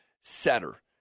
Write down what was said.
setter